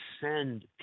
send